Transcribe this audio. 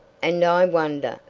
and i wonder,